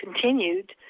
continued